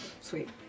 Sweet